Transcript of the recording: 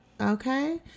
okay